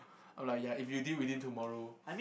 I'm like ya if we deal within tomorrow